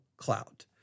Cloud